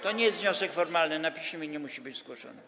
To nie jest wniosek formalny, na piśmie nie musi być zgłoszony.